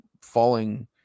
falling